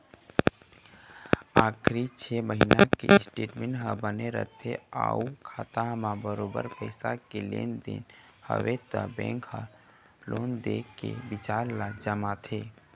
आखरी छै महिना के स्टेटमेंट ह बने रथे अउ खाता म बरोबर पइसा के लेन देन हवय त बेंक ह लोन दे के बिचार ल जमाथे